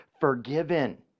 forgiven